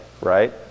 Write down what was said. right